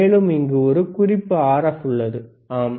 மேலும் இங்கு ஒரு குறிப்பு RF உள்ளது ஆம்